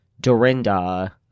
Dorinda –